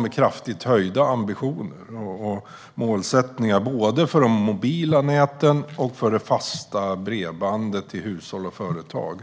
med kraftigt höjda ambitioner och målsättningar både för de mobila näten och för det fasta bredbandet till hushåll och företag.